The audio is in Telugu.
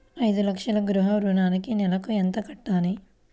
ఐదు లక్షల గృహ ఋణానికి నెలకి ఎంత కట్టాలి?